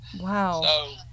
Wow